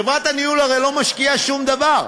חברת הניהול הרי לא משקיעה שום דבר,